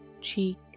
cheek